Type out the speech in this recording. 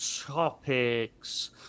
topics